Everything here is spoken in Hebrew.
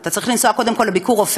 אתה צריך לנסוע קודם כול ל"ביקורופא".